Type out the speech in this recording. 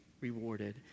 rewarded